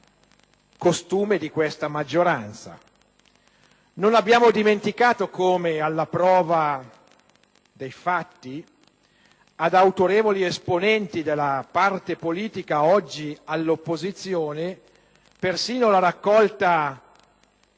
costume di questa maggioranza. Nonabbiamo dimenticato come alla prova dei fatti ad autorevoli esponenti della parte politica oggi all'opposizione persino la raccolta